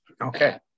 Okay